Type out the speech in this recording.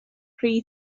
rhy